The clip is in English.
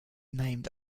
named